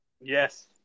yes